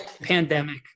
pandemic